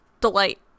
delight